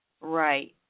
right